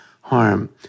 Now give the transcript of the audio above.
harm